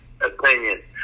opinion